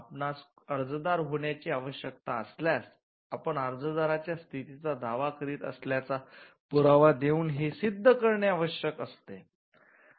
आपणास अर्जदार होण्याची आवश्यकता असल्यास आपण अर्जदाराच्या स्थितीचा दावा करीत असल्याचा पुरावा देऊन हे सिद्ध करणे आवश्यक असते